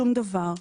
שום דבר.